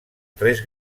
tres